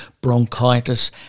bronchitis